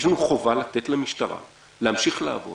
יש לנו חובה לתת למשטרה להמשיך לעבוד